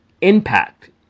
impact